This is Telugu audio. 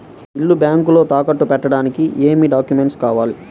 ఇల్లు బ్యాంకులో తాకట్టు పెట్టడానికి ఏమి డాక్యూమెంట్స్ కావాలి?